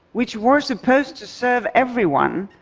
which was supposed to serve everyone,